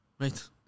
right